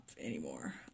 anymore